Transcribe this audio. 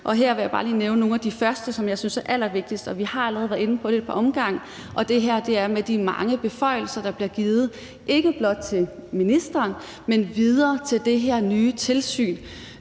Her vil jeg bare lige nævne nogle af de første, som jeg synes er allervigtigst, og vi har allerede været inde på det ad et par omgange, og det er det her med de mange beføjelser, der bliver givet ikke blot til ministeren, men videre til det her nye tilsyn,